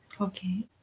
okay